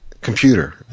computer